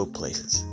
places